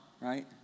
right